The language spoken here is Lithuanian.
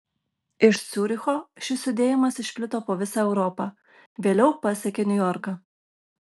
iš ciuricho šis judėjimas išplito po visą europą vėliau pasiekė niujorką